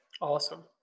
awesome